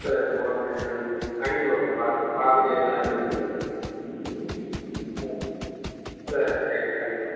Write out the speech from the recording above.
சரி ஓகே நன்றி அனுப்ச்சு விட்றேன் பாருங்க பார்த்துட்டு என்ன ஏதுன்னு சொல்லுங்க சரி சரி சரி ரைட்டு கண்டிப்பாக